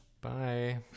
bye